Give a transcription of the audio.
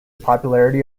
popularity